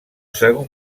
segon